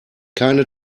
keine